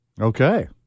Okay